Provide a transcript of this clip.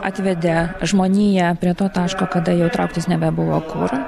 atvedė žmoniją prie to taško kada jau trauktis nebebuvo kur